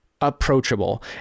approachable